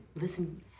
listen